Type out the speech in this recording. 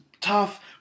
tough